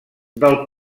del